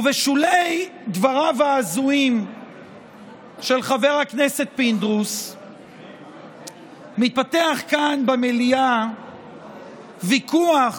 ובשולי דבריו ההזויים של חבר הכנסת פינדרוס התפתח כאן במליאה ויכוח